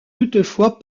toutefois